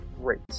great